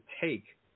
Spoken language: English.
take